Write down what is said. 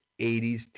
80s